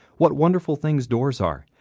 what wonderful things doors are!